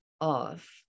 off